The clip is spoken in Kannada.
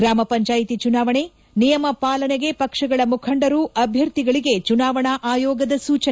ಗ್ರಾಮ ಪಂಚಾಯಿತಿ ಚುನಾವಣೆ ನಿಯಮ ಪಾಲನೆಗೆ ಪಕ್ಷಗಳ ಮುಖಂಡರು ಅಭ್ಯರ್ಥಿಗಳಿಗೆ ಚುನಾವಣಾ ಆಯೋಗದ ಸೂಚನೆ